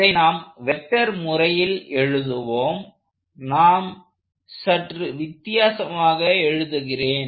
இதை நாம் வெக்டர் முறையில் எழுதுவோம் நான் சற்று வித்தியாசமாக எழுதுகிறேன்